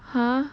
!huh!